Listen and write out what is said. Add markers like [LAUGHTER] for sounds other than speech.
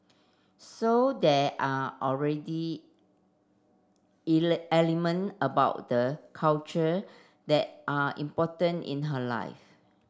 so there are already [UNINTELLIGIBLE] element about the culture that are important in her life